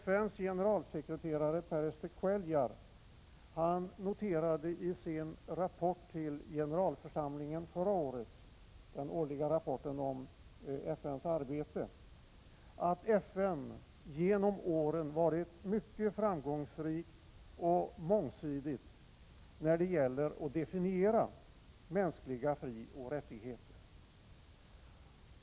FN:s generalsekreterare Pérez de Cuéllar noterade förra året, i den årliga rapporten till generalförsamlingen om FN:s arbete, att FN genom åren varit mycket framgångsrikt och mångsidigt när det gäller att definiera mänskliga frioch rättigheter.